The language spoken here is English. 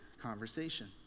conversation